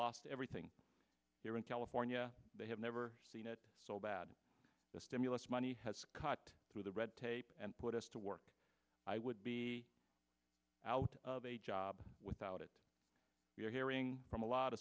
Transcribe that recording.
lost everything here in california they have never seen it so bad the stimulus money has cut through the red tape and put us to work i would be out of a job without it we're hearing from a lot of